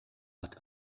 but